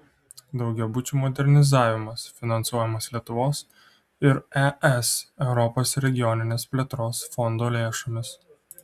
daugiabučių modernizavimas finansuojamas lietuvos ir es europos regioninės plėtros fondo lėšomis